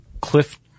cliff